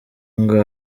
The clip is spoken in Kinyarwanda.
ngo